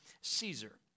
Caesar